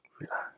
Relax